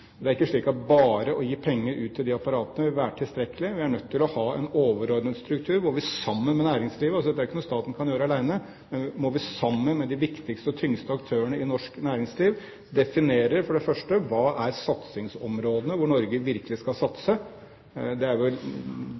Det er ikke slik at bare å gi penger ut til de apparatene vil være tilstrekkelig; vi er nødt til å ha en overordnet struktur, hvor vi sammen med – dette er ikke noe staten kan gjøre alene – de viktigste og tyngste aktørene i norsk næringsliv definerer for det første: Hva er satsingsområdene hvor Norge virkelig skal satse? Der er